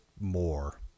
more